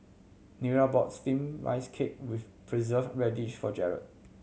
Nira bought Steamed Rice Cake with Preserved Radish for Jarrad